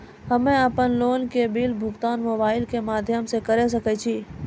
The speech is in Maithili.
हम्मे अपन लोन के बिल भुगतान मोबाइल के माध्यम से करऽ सके छी?